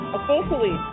Officially